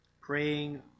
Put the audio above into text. praying